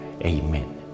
Amen